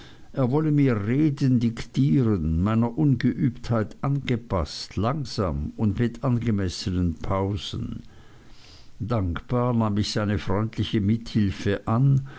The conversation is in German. er wolle mir reden diktieren meiner ungeübtheit angepaßt langsam und mit angemessenen pausen dankbar nahm ich seine freundliche mithilfe an